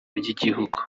ry’igihugu